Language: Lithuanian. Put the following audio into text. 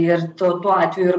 ir tu tuo atveju ir